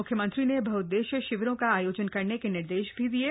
म्ख्यमंत्री ने बहउददेश्यीय शिविरों का आयोजन करने के निर्देश भी दिये